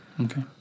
Okay